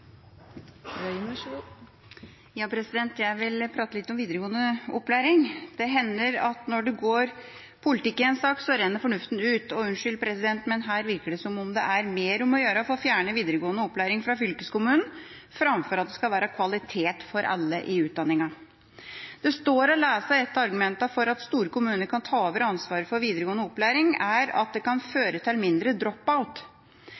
vil prate litt om videregående opplæring. Det hender at når det går politikk i en sak, så renner fornuften ut, og unnskyld, president, men her virker det som om det er mer om å gjøre å få fjernet videregående opplæring fra fylkeskommunen, framfor at det skal være kvalitet for alle i utdanningen. Det står å lese at et av argumentene for at store kommuner kan ta over ansvaret for videregående opplæring, er at det kan føre til mindre